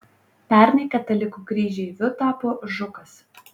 pernai katalikų kryžeiviu tapo žukas